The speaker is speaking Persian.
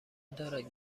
دارد